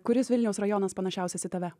kuris vilniaus rajonas panašiausias į tave